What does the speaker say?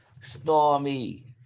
Stormy